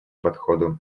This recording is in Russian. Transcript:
подходу